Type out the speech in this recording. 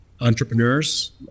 entrepreneurs